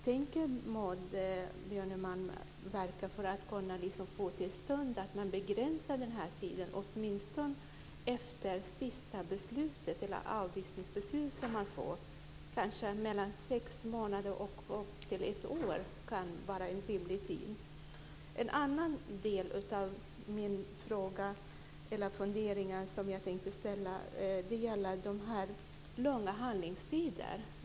Tänker Maud Björnemalm verka för att man ska kunna begränsa den här tiden, åtminstone efter det sista beslutet, avvisningsbeslutet, som man får? Från sex månader och upp till ett år kan kanske vara en rimlig tid. En annan fråga som jag tänkte ställa gäller de långa handläggningstiderna.